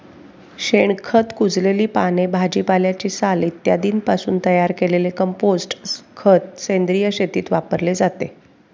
शेणखत, कुजलेली पाने, भाजीपाल्याची साल इत्यादींपासून तयार केलेले कंपोस्ट खत सेंद्रिय शेतीत वापरले जाते